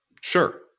Sure